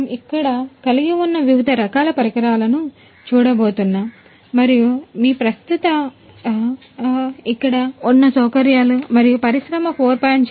మనము ఇక్కడ కలిగి ఉన్న వివిధ రకాల పరికరాలను చూడబోతున్నాము మరియు మీ ప్రస్తుత ఇక్కడ ఉన్నసౌకర్యాలు మరియు పరిశ్రమ 4